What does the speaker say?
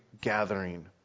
gathering